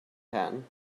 pan